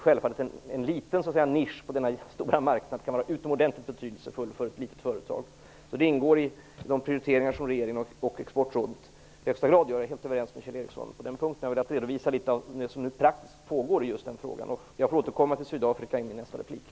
Även en liten nisch på denna stora marknad kan självfallet vara utomordentligt betydelsefull för ett litet företag. Det ingår i högsta grad i de prioriteringar som regeringen och Exportrådet gör. Jag är helt överens med Kjell Ericsson på den punkten. Jag har velat redovisa litet av det som nu praktiskt pågår i just den frågan. Jag får återkomma till Sydafrika i nästa inlägg.